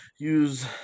Use